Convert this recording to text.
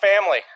family